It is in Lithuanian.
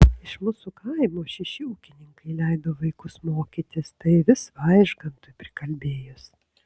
iš mūsų kaimo šeši ūkininkai leido vaikus mokytis tai vis vaižgantui prikalbėjus